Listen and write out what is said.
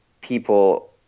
people